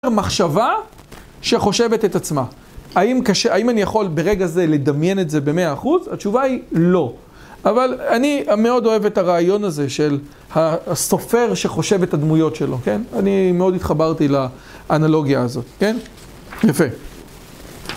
המחשבה שחושבת את עצמה, האם קשה האם אני יכול ברגע זה לדמיין את זה ב-100 אחוז? התשובה היא לא. אבל אני מאוד אוהב את הרעיון הזה של הסופר שחושב את הדמויות שלו, כן? אני מאוד התחברתי לאנלוגיה הזאת, כן? יפה.